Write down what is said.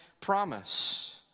promise